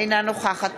אינה נוכחת